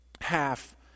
half